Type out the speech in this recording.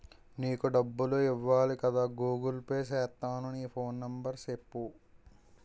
నీకు డబ్బులు ఇవ్వాలి కదా గూగుల్ పే సేత్తాను నీ ఫోన్ నెంబర్ సెప్పు